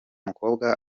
mukobwa